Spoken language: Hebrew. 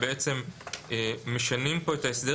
בעצם משנים פה את ההסדר.